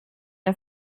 der